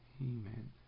Amen